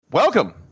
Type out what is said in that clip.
Welcome